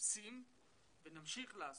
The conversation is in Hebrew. עושים ונמשיך לעשות,